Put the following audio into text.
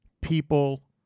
people